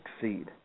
succeed